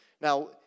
Now